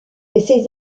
ces